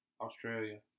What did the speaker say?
Australia